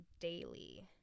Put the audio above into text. daily